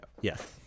Yes